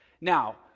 Now